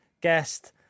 guest